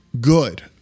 good